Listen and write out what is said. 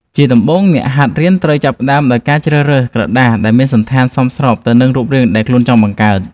ជាដំបូង អ្នកហាត់រៀនត្រូវចាប់ផ្ដើមដោយការជ្រើសរើសក្រដាសដែលមានសណ្ឋានសមស្របទៅនឹងរូបរាងដែលខ្លួនចង់បង្កើត។